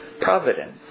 providence